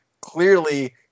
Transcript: Clearly